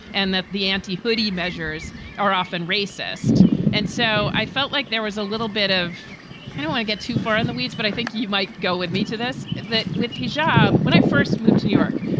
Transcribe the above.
and that the anti hoodie measures are often racist and said so i felt like there was a little bit of know i get too far in the weeds, but i think you might go with me to this that with his job. when i first moved to new york,